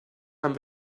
haben